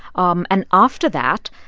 um and after that,